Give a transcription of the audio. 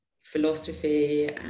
philosophy